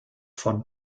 von